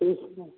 ठीक है